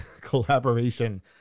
collaboration